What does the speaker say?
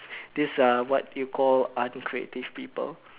this are what you call uncreative people